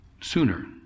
sooner